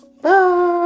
Bye